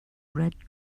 red